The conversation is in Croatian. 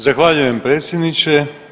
Zahvaljujem predsjedniče.